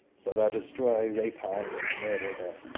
so thou destroy rapine and murder there.